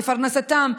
לפרנסתם,